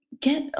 get